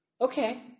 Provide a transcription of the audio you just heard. okay